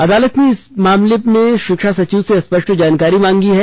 अदालत ने इस पर मामले में शिक्षा सचिव से स्पष्ट जानकारी मांगी है